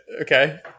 Okay